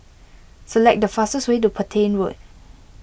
select the fastest way to Petain Road